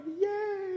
Yay